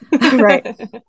right